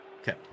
Okay